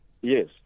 Yes